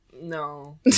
no